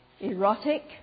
erotic